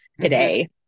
today